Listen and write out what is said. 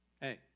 Hey